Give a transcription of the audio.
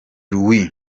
louis